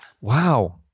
Wow